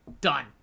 Done